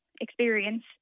experience